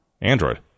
Android